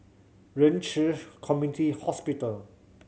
Ren Chi Community Hospital